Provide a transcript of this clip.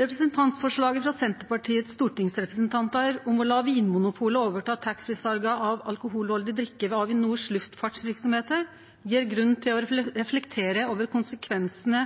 Representantforslaget frå Senterpartiets stortingsrepresentantar om å la Vinmonopolet overta taxfree-salet av alkoholhaldig drikke ved Avinors luftfartsverksemder gjev grunn til å reflektere over konsekvensane